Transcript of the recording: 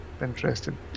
interesting